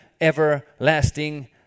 everlasting